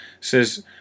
says